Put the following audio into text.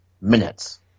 minutes